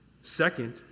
Second